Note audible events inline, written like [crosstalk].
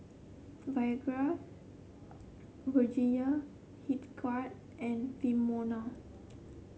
[unintelligible] Virgia Hildegard and Filomena